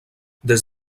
des